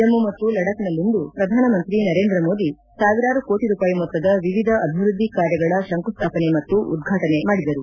ಜಮ್ನು ಮತ್ತು ಲಡಕ್ನಲ್ಲಿಂದು ಪ್ರಧಾನಮಂತ್ರಿ ನರೇಂದ್ರ ಮೋದಿ ಸಾವಿರಾರು ಕೋಟಿ ರೂಪಾಯಿ ಮೊತ್ತದ ವಿವಿಧ ಅಭಿವೃದ್ದಿ ಕಾರ್ಯಗಳ ಶಂಕುಸ್ಥಾಪನೆ ಮತ್ತು ಉದ್ವಾಟನೆ ಮಾಡಿದರು